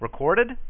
recorded